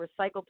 recycled